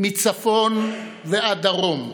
מצפון ועד דרום,